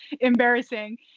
embarrassing